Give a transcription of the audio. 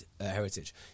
heritage